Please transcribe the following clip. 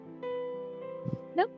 Nope